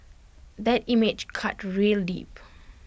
that image cut real deep